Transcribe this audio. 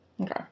Okay